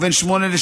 ובין 08:00